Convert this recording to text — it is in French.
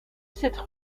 cette